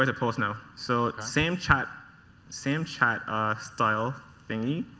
you know so, same chat same chat style thingy.